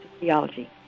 Theology